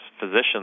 Physicians